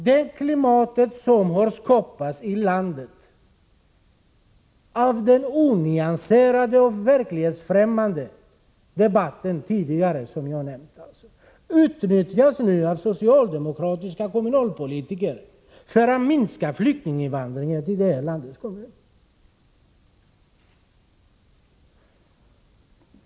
Det klimat som har skapats i landet av den onyanserade och verklighetsfrämmande debatt som jag nämnt tidigare utnyttjas nu av socialdemokratiska kommunalpolitiker för att minska flyktinginvandringen till vårt land.